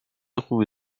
خوبی